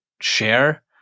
share